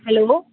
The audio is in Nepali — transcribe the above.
हेलो